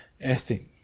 ethic